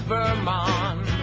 Vermont